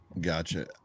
Gotcha